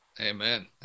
Amen